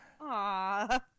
Aw